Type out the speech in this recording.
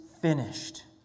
finished